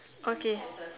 okay